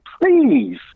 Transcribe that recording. please